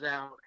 out